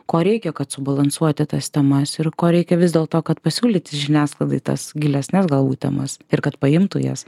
ko reikia kad subalansuoti tas temas ir ko reikia vis dėlto kad pasiūlyti žiniasklaidai tas gilesnes galbūt temas ir kad paimtų jas